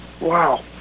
Wow